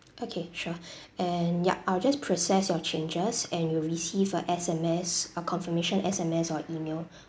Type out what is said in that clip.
okay sure and yup I'll just process your changes and you'll receive a S_M_S a confirmation S_M_S or email